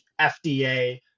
FDA